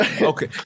Okay